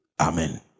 amen